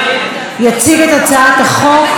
יציג את הצעת החוק,